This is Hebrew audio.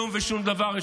כלום ושום דבר.